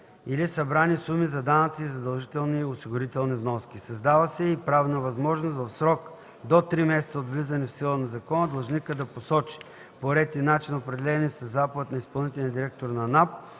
или събрани суми за данъци и задължителни осигурителни вноски. Създава се и правна възможност в срок до три месеца от влизане в сила на закона, длъжникът да посочи по ред и начин, определени със заповед на изпълнителния директор на